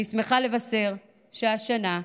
אני שמחה לבשר שהשנה,